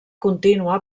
contínua